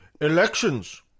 elections